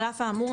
על אף האמור,